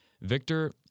Victor